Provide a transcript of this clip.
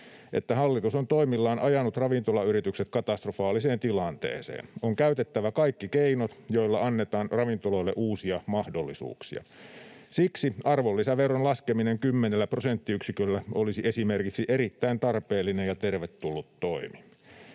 että hallitus on toimillaan ajanut ravintolayritykset katastrofaaliseen tilanteeseen. On käytettävä kaikki keinot, joilla annetaan ravintoloille uusia mahdollisuuksia. Siksi esimerkiksi arvonlisäveron laskeminen 10 prosenttiyksiköllä olisi erittäin tarpeellinen ja tervetullut toimi.